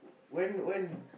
when when